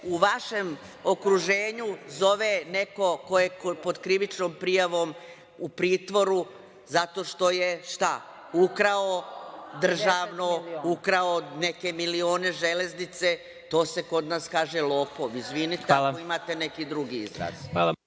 u vašem okruženju zove neko ko je pod krivičnom prijavom, u pritvoru zato što je, šta, ukrao državno, ukrao neke milione železnice? To se kod nas kaže – lopov. Izvinite, ako imate neki drugi izraz.